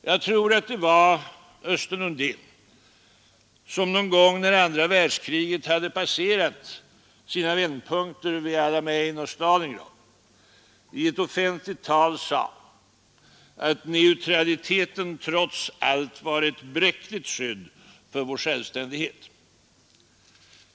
Jag tror att det var Östen Undén som någon gång när andra världskriget hade passerat sina vändpunkter vid el-Alamein och Stalingrad i ett offentligt tal sade att neutraliteten trots allt var ett bräckligt skydd för vår självständighet.